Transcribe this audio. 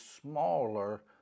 smaller